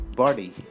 body